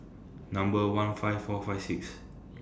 Number one five four five six